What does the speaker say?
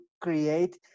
create